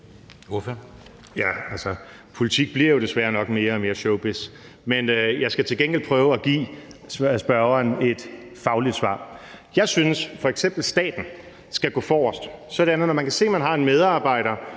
Politik bliver jo desværre nok mere og mere showbizz, men jeg skal til gengæld prøve at give spørgeren et sagligt svar. Jeg synes f.eks., at staten skal gå forrest, sådan at man, når man har en medarbejder,